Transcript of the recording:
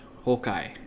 Hawkeye